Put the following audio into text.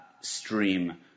stream